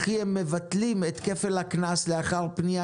וכי הם מבטלים את כפל הקנס לאחר פנייה